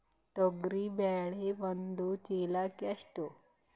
ತೊಗರಿ ಬೇಳೆ ಒಂದು ಚೀಲಕ ಎಷ್ಟು?